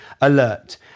alert